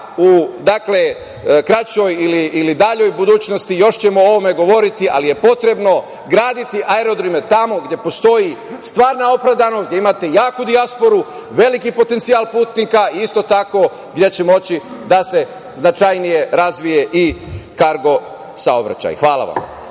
u kraćoj ili daljoj budućnosti još ćemo o ovome govoriti, ali je potrebno graditi aerodrome tamo gde postoji stvarna opravdanost, gde imate jaku dijasporu, veliki potencijal putnika i isto tako gde će moći da se značajnije razvije i kargo saobraćaj. Hvala vam.